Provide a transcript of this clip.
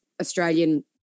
Australian